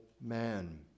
man